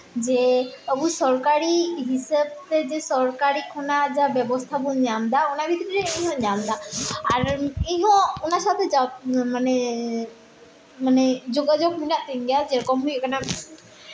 ᱡᱮ ᱟᱵᱚ ᱥᱚᱨᱠᱟᱨᱤ ᱦᱤᱥᱟᱹᱵ ᱛᱮ ᱡᱮ ᱥᱚᱨᱠᱟᱨᱤ ᱠᱷᱚᱱᱟᱜ ᱡᱟ ᱵᱮᱵᱚᱥᱛᱷᱟ ᱵᱚᱱ ᱧᱟᱢᱫᱟ ᱚᱱᱟ ᱵᱷᱤᱛᱨᱤ ᱨᱮ ᱤᱧ ᱦᱚᱸᱧ ᱧᱟᱢᱫᱟ ᱟᱨ ᱤᱧ ᱦᱚᱸ ᱚᱱᱟ ᱥᱟᱶᱛᱮ ᱢᱟᱱᱮ ᱡᱳᱜᱟᱡᱳᱜᱽ ᱢᱮᱱᱟᱜ ᱛᱤᱧ ᱜᱮᱭᱟ ᱡᱮᱨᱚᱠᱚᱢ ᱦᱩᱭᱩᱜ ᱠᱟᱱᱟ